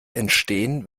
entstehen